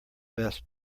best